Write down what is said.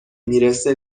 میرسه